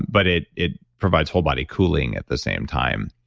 but it it provides whole body cooling at the same time,